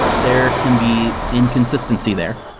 there can be inconsistency there.